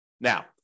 Now